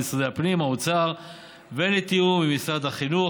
של משרדי הפנים והאוצר ולתיאום עם משרד החינוך.